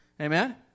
Amen